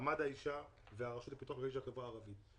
מעמד האישה והרשות לפיתוח החברה הערבית.